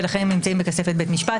ולכן הם נמצאים בכספת בית משפט.